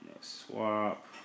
Swap